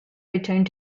returned